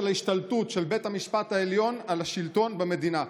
ההשתלטות של בית המשפט העליון על השלטון במדינה.